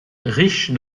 riche